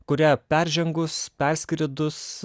kurią peržengus perskridus